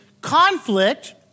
conflict